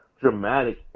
dramatic